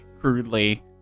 crudely